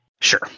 Sure